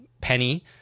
Penny